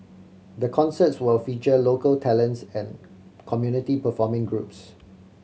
the concerts will feature local talents and community performing groups